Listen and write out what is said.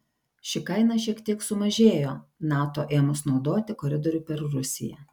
ši kaina šiek tiek sumažėjo nato ėmus naudoti koridorių per rusiją